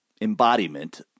embodiment